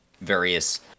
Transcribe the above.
various